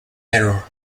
error